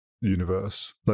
universe